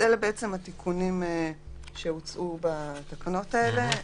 אלה התיקונים שהוצעו בתקנות האלה.